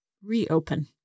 reopen